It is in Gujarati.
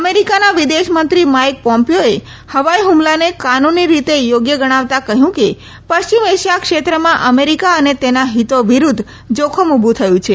અમેરીકાના વિદેશ મંત્રી માઇક પોમ્પીઓએ હવાઇ હુમલાને કાનૂની રીતે યોગ્ય ગણાવતા કહયું કે પશ્ચિમ એશિયા ક્ષેત્રમાં અમેરીકા અને તેના હિતો વિરૂધ્ધ જોખમ ઉભુ થયું છે